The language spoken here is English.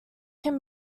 can